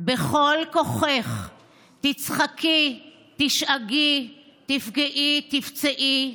// בכל כוחך / תצחקי, תשאגי, תפגעי / תפצעי,